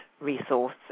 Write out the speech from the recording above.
resource